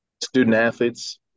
Student-athletes